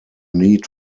need